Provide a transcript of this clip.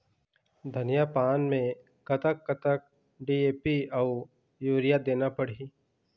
धनिया पान मे कतक कतक डी.ए.पी अऊ यूरिया देना पड़ही?